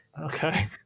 Okay